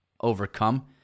overcome